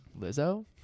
Lizzo